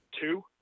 two